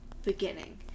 Beginning